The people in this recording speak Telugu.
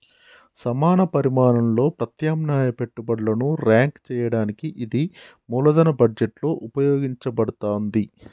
సమాన పరిమాణంలో ప్రత్యామ్నాయ పెట్టుబడులను ర్యాంక్ చేయడానికి ఇది మూలధన బడ్జెట్లో ఉపయోగించబడతాంది